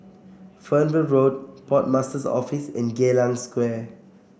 Fernvale Road Port Master's Office and Geylang Square